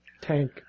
tank